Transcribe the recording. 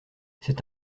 c’est